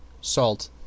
salt